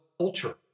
culture